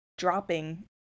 dropping